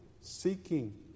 seeking